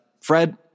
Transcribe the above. Fred